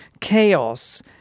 chaos